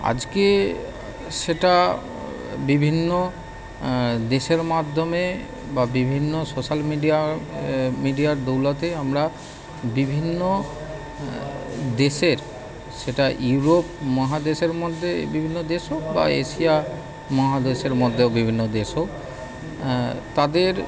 আজকে সেটা বিভিন্ন দেশের মাধ্যমে বা বিভিন্ন সোশাল মিডিয়ার মিডিয়ার দৌলতে আমরা বিভিন্ন দেশের সেটা ইউরোপ মহাদেশের মধ্যে বিভিন্ন দেশ হোক বা এশিয়া মহাদেশের মধ্যেও বিভিন্ন দেশ হোক তাদের